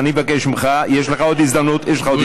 אז אני מבקש ממך, יש לך עוד הזדמנות להתנצל.